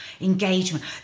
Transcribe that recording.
engagement